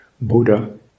Buddha